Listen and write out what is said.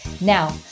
Now